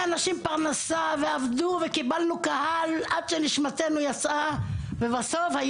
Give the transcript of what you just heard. אנשים פרנסה ועבדו וקיבלנו קהל עד שהנשמה שלנו יצאה ובסוף,